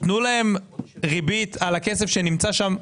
תנו להם ריבית על הכסף שנמצא שם,